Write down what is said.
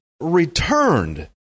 returned